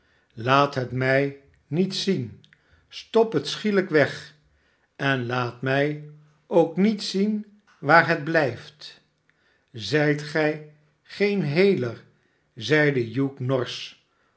laat het mij niet zien stop het schielijk weg en laat mij k niet zien waar het blijft zijt gij geen heler zeide hugh norsch